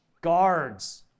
guards